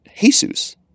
Jesus